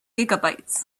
gigabytes